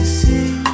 see